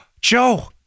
Joe